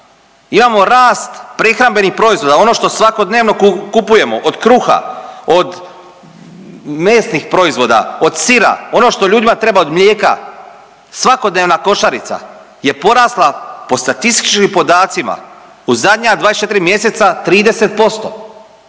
Imamo rast prehrambenih proizvoda ono što svakodnevno kupujemo od kruha, od mesnih proizvoda, od sira, ono što ljudima treba, od mlijeka, svakodnevna košarica je porasla po statističkim podacima u zadnja 24 mjeseca 30%.